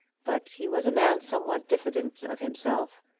but he was a man somewhat diffident of himself,